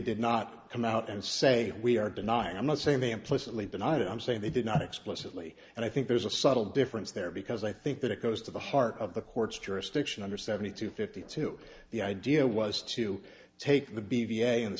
did not come out and say we are denying i'm not saying they implicitly deny that i'm saying they did not explicitly and i think there's a subtle difference there because i think that it goes to the heart of the court's jurisdiction under seventy two fifty two the idea was to take the